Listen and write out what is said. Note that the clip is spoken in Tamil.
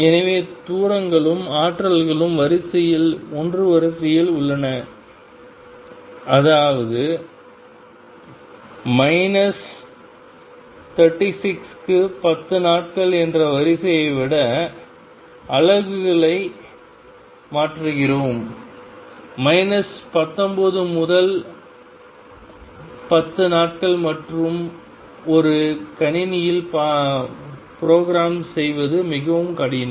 எனவே தூரங்களும் ஆற்றல்களும் 1 வரிசையில் உள்ளன அதாவது மைனஸ் 36 க்கு 10 நாட்கள் என்ற வரிசையை விட அலகுகளை மாற்றுகிறோம் மைனஸ் 19 முதல் 10 நாட்கள் மற்றும் ஒரு கணினியில் ப்ரோகிராம் செய்வது மிகவும் கடினம்